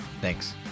thanks